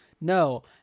No